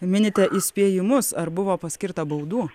minite įspėjimus ar buvo paskirta baudų